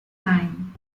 line